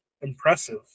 Impressive